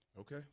Okay